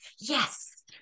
yes